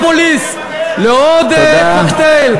באוסלו ובאנאפוליס לעוד קוקטייל.